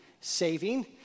saving